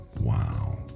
Wow